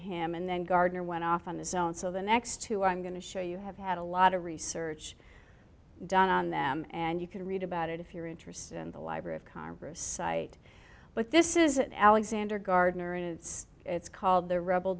him and then gardner went off on this own so the next two i'm going to show you have had a lot of research done on them and you can read about it if you're interested in the library of congress site but this is it alexander gardner and it's it's called the rebel